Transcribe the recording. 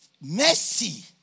mercy